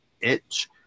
itch